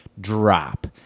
drop